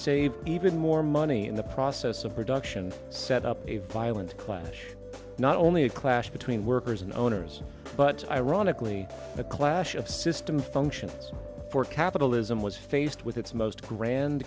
save even more money in the process of production and set up a violent clash not only a clash between workers and owners but ironically a clash of system functions for capitalism was faced with its most grand